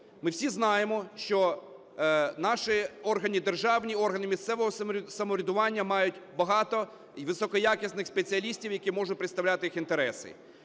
Ми всі знаємо, що наші органи державні, органи місцевого самоврядування мають багато високоякісних спеціалістів, які можуть представляти їх інтереси.